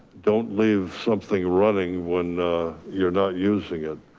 don't leave something running when you're not using it.